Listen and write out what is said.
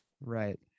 Right